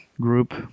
group